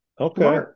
Okay